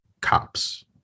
cops